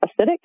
acidic